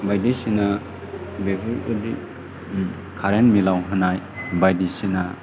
बायदिसिना बेफोरबायदि current bill आव होनाय बायदिसिना